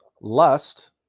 lust